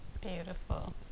Beautiful